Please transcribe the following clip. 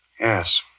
Yes